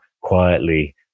quietly